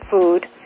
food